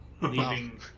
Leaving